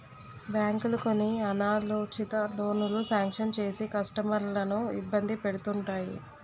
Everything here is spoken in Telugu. బ్యాంకులు కొన్ని అనాలోచిత లోనులు శాంక్షన్ చేసి కస్టమర్లను ఇబ్బంది పెడుతుంటాయి